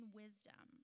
wisdom